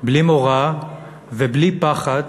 בלי מורא ובלי פחד,